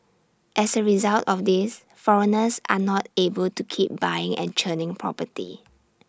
as A result of this foreigners are not able to keep buying and churning property